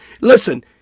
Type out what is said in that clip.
Listen